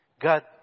God